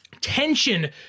tension